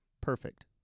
perfect